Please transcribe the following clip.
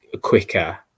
quicker